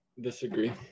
disagree